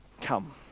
Come